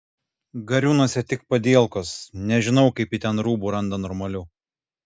gariūnuose tik padielkos nežinau kaip ji ten rūbų randa normalių